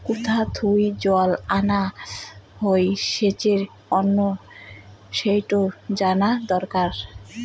কুথা থুই জল আনা হই সেচের তন্ন সেইটো জানা দরকার